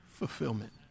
Fulfillment